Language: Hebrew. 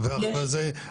התאריך 5.7.2022